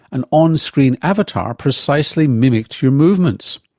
an on-screen avatar precisely mimicked your movements.